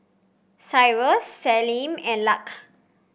Cyrus Salome and Lark